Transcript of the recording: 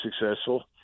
successful